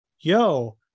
Yo